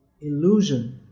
illusion